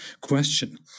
question